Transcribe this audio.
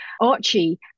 archie